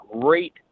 great